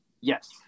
Yes